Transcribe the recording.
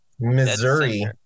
Missouri